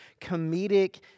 comedic